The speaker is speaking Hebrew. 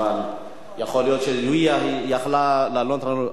יכול להיות שהיא יכלה לענות לנו.